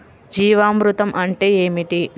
జీవామృతం అంటే ఏమిటి?